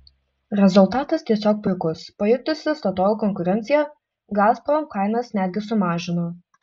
rezultatas tiesiog puikus pajutusi statoil konkurenciją gazprom kainas netgi sumažino